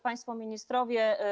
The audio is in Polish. Państwo Ministrowie!